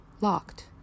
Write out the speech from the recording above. Locked